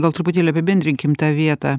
gal truputėlį apibendrinkim tą vietą